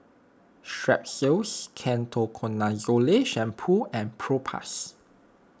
Strepsils Ketoconazole Shampoo and Propass